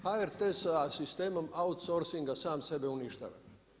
HRT sa sistemom outsourcinga sam sebe uništava.